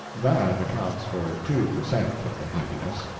that accounts for two per cent. of the happiness,